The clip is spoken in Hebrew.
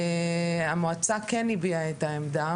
המועצה כן הביעה את העמדה,